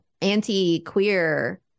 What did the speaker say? anti-queer